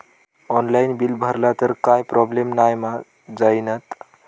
Online bill भरला तर काय प्रोब्लेम नाय मा जाईनत?